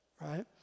right